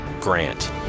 GRANT